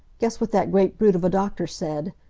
guess what that great brute of a doctor said!